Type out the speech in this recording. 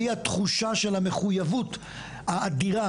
בלי התחושה של המחויבות האדירה,